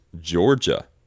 Georgia